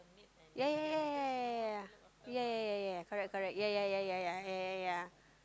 ya ya ya ya ya ya ya ya ya ya correct correct ya ya ya ya ya ya ya